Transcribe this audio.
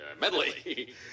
medley